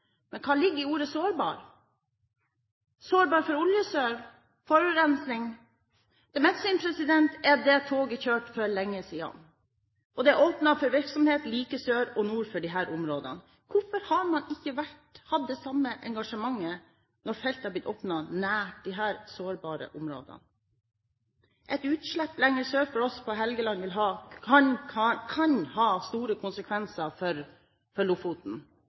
men Lofoten spesielt. Men hva ligger i ordet sårbar – sårbar for oljesøl, forurensing? Etter mitt syn er det toget kjørt for lenge siden. Det er åpnet for virksomhet like sør og nord for disse områdene. Hvorfor har man ikke hatt det samme engasjementet når felt har blitt åpnet nær disse sårbare områdene? Et utslipp lenger sør for oss på Helgeland kan ha store konsekvenser for Lofoten.